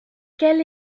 quelle